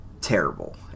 terrible